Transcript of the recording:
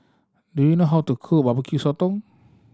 do you know how to cook Barbecue Sotong